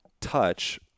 Touch